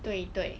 对对